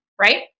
Right